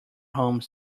homes